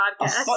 podcast